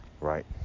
right